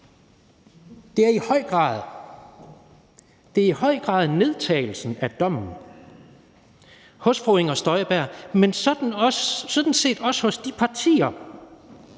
det er i høj grad – nedtagelsen af dommen hos fru Inger Støjberg, men sådan set også hos de partier,